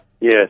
Yes